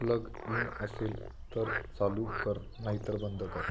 plug in असेल तर चालू कर नाहीतर बंद कर